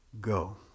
go